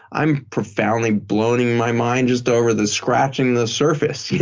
i'm profoundly blowing my mind just over the scratching the surface. yeah